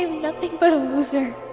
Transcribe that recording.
um nothing but loser.